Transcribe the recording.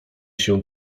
się